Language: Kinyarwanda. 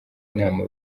inama